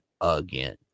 again